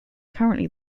currently